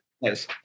Yes